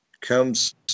comes